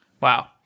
Wow